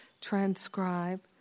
transcribe